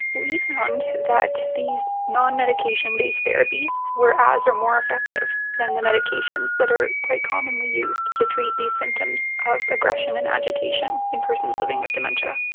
we found that these non-medication based therapies were as or more effective than the medications that are quite commonly used to treat the symptoms of aggression and agitation in persons living with dementia.